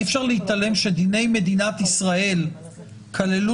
אי-אפשר להתעלם שדיני מדינת ישראל הכניסו